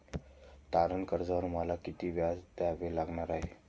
तारण कर्जावर मला किती व्याज द्यावे लागणार आहे?